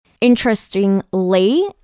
Interestingly